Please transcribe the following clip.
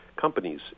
companies